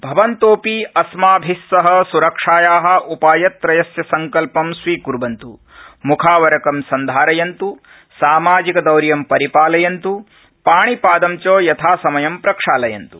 भवन्तोऽपि अस्माभि सह सुरक्षाया उपायत्रयस्य सङ्कल्पं स्वीक्वन्तु मुखावरकं सन्धारयन्तु सामाजिकदौर्य रि ालयन्त् ाणि ादं च यथासमयं प्रक्षालयन्त्